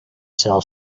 sell